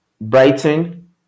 Brighton